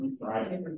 Right